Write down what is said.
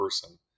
person